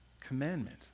commandment